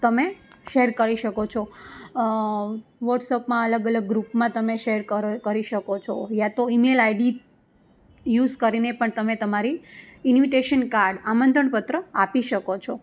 તમે શેર કરી શકો છો વોટ્સઅપમાં અલગ અલગ ગ્રૂપમાં તમે શેર કરી શકો છો યાતો ઈમેલ આઈડી યુસ કરીને પણ તમે તમારી ઇન્વિટેશન કાર્ડ આમંત્રણ પત્ર આપી શકો છો